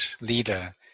leader